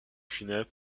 funèbre